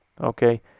Okay